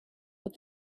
but